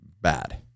bad